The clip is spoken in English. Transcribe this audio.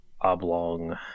oblong